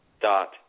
dot